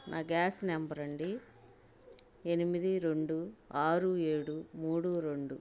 నా gas number అండి ఎనిమిది రెండు ఆరు ఏడు మూడు రెండు